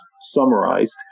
summarized